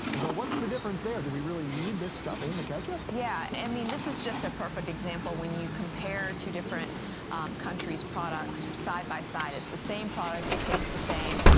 ah so what's the difference there? do we really need this stuff in the ketchup? yeah, and i mean this is just a perfect example when you compare two different country's products side by side. it's the same product. it tastes the same,